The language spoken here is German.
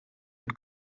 mit